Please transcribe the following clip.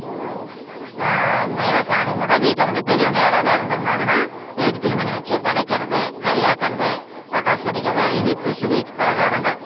ஐயோ மெயினாக சாமி கும்பிட்னா வீட்டில் வந்து பெரியவங்க யாராவது இறந்துருந்தாங்கன்னா வேட்டி துணிமணி வச்சு படைக்கிறது கறி ஆக்கிறது பட்டாசு வெடிக்கிறது இனிப்பு ஸ்வீட் பலகாரங்கள்